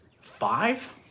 five